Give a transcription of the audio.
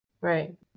Right